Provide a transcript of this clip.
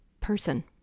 person